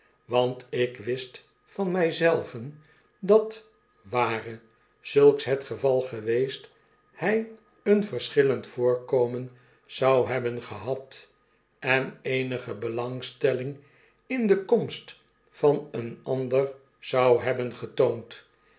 want ik wist van myzelven dat ware zulks het geval geweest hij een verschillend vobrkomen zou nebben gehad en eenige belangstelling in de komstvan een ahder zou hebben getoond